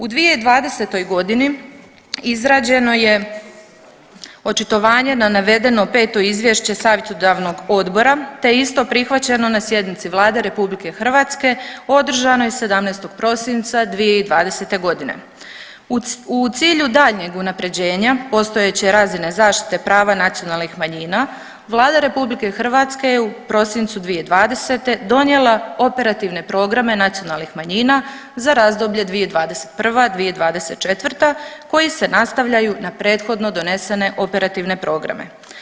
U 2020.g. izrađeno je očitovanje na 5. izvješće savjetodavnog odbora te je isto prihvaćeno na sjednici Vlade RH održanoj 17. prosinca 2020.g. U cilju daljnjeg unapređenja postojeće razine zaštite prava nacionalnih manjina, Vlada RH je u prosincu 2020. donijela operativne programe nacionalnih manjina za razdoblje 2021.-2024. koji se nastavljaju na prethodno donesene operativne programe.